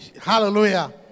Hallelujah